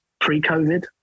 pre-COVID